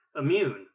Immune